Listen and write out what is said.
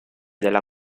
della